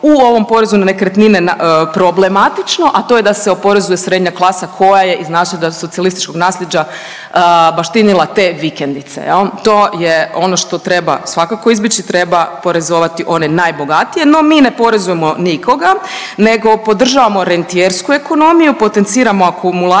u ovom porezu na nekretnine problematično, a to je da se oporezuje srednja klasa koja je iz našega socijalističkog naslijeđa baštinila te vikendice. To je ono što treba svako izbjeći, treba oporezovati one najbogatije. No, mi ne oporezujemo nikoga, nego podržavamo rentijersku ekonomiju, potenciramo akumulaciju.